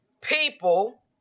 people